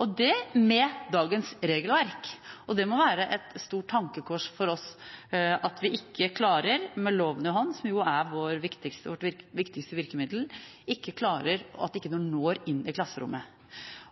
og det med dagens regelverk! Det må være et stort tankekors for oss at vi – med loven, som jo er vårt viktigste virkemiddel, i hånd – ikke klarer å nå inn i klasserommet.